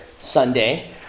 Sunday